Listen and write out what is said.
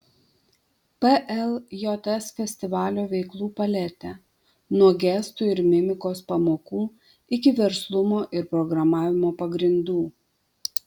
pljs festivalio veiklų paletė nuo gestų ir mimikos pamokų iki verslumo ir programavimo pagrindų